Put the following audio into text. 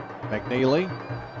McNeely